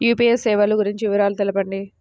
UPI సేవలు గురించి వివరాలు తెలుపండి?